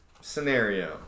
scenario